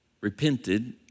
repented